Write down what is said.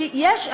כי יש,